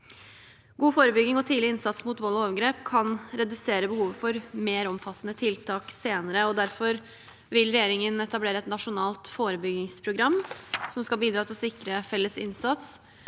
God forebygging og tidlig innsats mot vold og overgrep kan redusere behovet for mer omfattende tiltak senere. Derfor vil regjeringen etablere et nasjonalt forebyggingsprogram som skal bidra til å sikre felles innsats